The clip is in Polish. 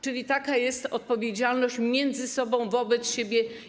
Czyli taka jest odpowiedzialność między sobą, wobec siebie.